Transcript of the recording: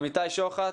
אמיתי שוחט,